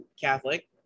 Catholic